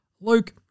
Luke